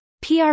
PR